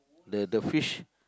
the the fish